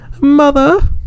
Mother